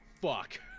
fuck